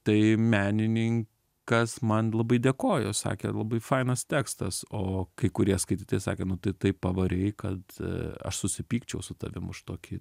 tai menininkas man labai dėkojo sakė labai fainas tekstas o kai kurie skaitytojai sakė nu tai taip pavarei kad aš susipykčiau su tavim už tokį